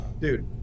dude